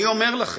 אני אומר לכם,